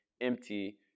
empty